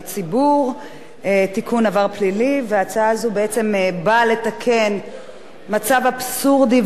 ההצעה הזו בעצם באה לתקן מצב אבסורדי ולא סביר שבו חיילים לוחמים,